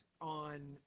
on